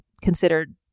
considered